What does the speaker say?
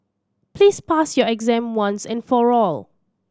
please pass your exam once and for all